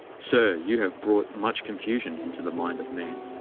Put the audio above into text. sir, you have brought much confusion into the mind of man.